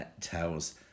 tells